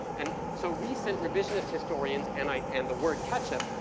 and, so recent revisionist historians, and i, and the word ketchup,